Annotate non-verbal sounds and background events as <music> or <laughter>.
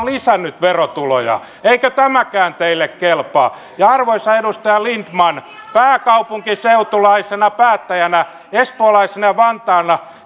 <unintelligible> lisännyt verotuloja eikö tämäkään teille kelpaa arvoisa edustaja lindtman pääkaupunkiseutulaisena päättäjänä espoolaisena vantaalla <unintelligible>